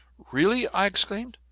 really? i exclaimed.